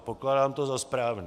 Pokládám to za správné.